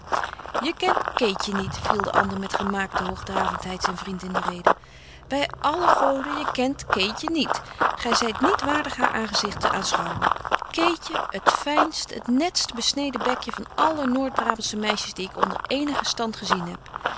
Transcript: je kent keetje niet viel de ander met gemaakte hoogdravendheid zijn vriend in de rede bij alle goden je kent keetje niet gij zijt niet waardig haar aangezicht te aanschouwen keetje het fijnst het netst besneden bekje van alle noordbrabantsche meisjes die ik onder eenigen stand gezien heb